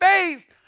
faith